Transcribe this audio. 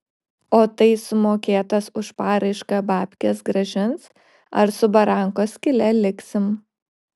o tai sumokėtas už paraišką babkes grąžins ar su barankos skyle liksim